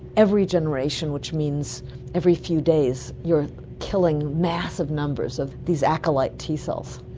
every generation, which means every few days you are killing massive numbers of these acolyte t cells.